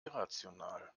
irrational